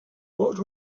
what